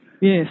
Yes